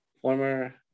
former